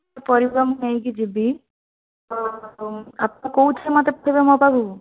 ପରିବା ମୁଁ ନେଇକି ଯିବି ଆଉ ଆପଣ କୋଉଥିରେ ମୋତେ ପଠେଇବେ ମୋ ପାଖକୁ